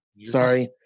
Sorry